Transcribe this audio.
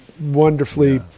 wonderfully